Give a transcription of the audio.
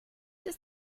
ist